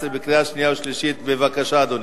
בבקשה, אדוני.